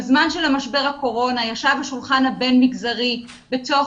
בזמן של המשבר הקורונה ישב השולחן הבין-מגזרי בתוך